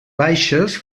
baixes